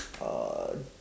uh